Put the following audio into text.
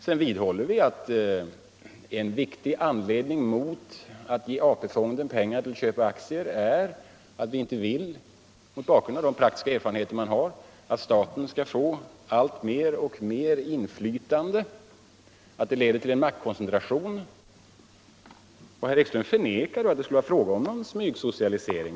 Sedan vidhåller vi att en viktig anledning mot att ge AP-fonden pengar till köp av aktier är att vi inte vill, mot bakgrund av de praktiska erfarenheter man har, att staten skall få alltmer inflytande, vilket leder till en maktkoncentration. Herr Ekström förnekade att det skulle vara fråga om smygsocialisering.